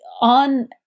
on